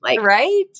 Right